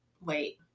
wait